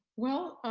well,